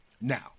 Now